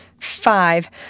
Five